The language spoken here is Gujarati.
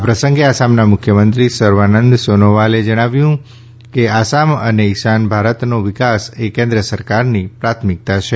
આ પ્રસંગે આસામના મુખ્યમંત્રી સર્વાનંદ સોનોવાલે જણાવ્યું કે આસામ અને ઇશાન ભારતનો વિકાસ એ કેન્દ્ર સરકારની પ્રાથમિકતા છે